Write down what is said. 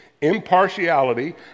impartiality